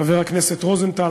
חבר הכנסת רוזנטל,